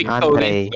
Andre